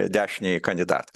dešinįjį kandidatą